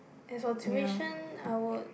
as for tuition I would